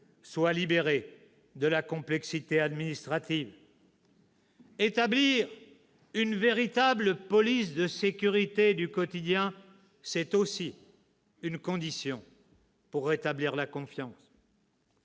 soient libérées de la complexité administrative. Établir une véritable police de sécurité du quotidien, c'est aussi une condition pour rétablir la confiance.